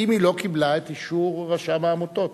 אם היא לא קיבלה את אישור רשם העמותות?